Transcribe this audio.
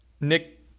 Nick